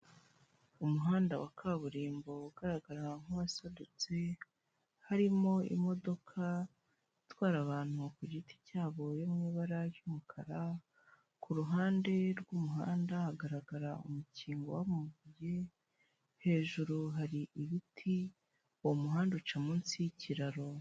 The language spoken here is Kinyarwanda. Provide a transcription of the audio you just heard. Umuhanda wa kaburimbo ugaragara nk'uwasadutse harimo imodoka itwara abantu ku giti cyabo yo mu bara ry'umukara, ku ruhande rw'umuhanda hagaragara umukingo w'amabuye hejuru hari ibiti, uwo muhanda uca munsi y'ikiraro.